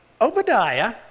obadiah